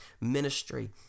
ministry